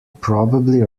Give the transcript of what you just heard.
probably